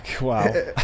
Wow